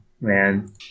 man